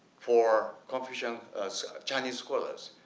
for confucians, chinese scholars,